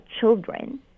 children